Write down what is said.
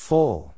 Full